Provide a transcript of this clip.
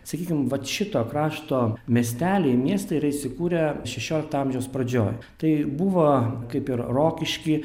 sakykim vat šito krašto miesteliai miestai yra įsikūrę šešiolikto amžiaus pradžioj tai buvo kaip ir rokišky